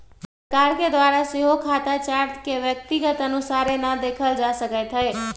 सरकार के द्वारा सेहो खता चार्ट के व्यक्तिगत अनुसारे न देखल जा सकैत हइ